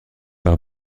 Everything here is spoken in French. par